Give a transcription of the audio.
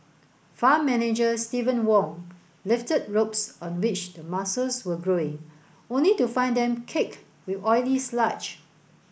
farm manager Steven Wong lifted ropes on which the mussels were growing only to find them caked with oily sludge